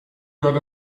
got